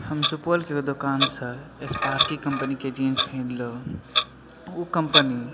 हम सुपौल के एगो दुकान सॅं स्पार्की कम्पनी के जींस कीनलहुॅं ओ कम्पनी